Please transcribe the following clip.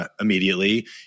Immediately